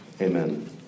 Amen